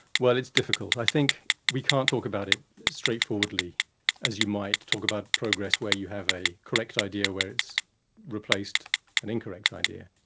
well, it's difficult. i think we can't talk about it straightforwardly as you might talk about progress where you have a correct idea where it's replaced an incorrect idea.